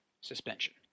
suspension